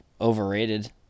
Overrated